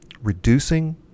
reducing